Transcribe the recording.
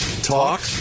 talk